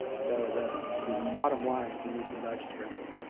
so the the bottom line is you need to nudge carefully.